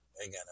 again